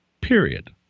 period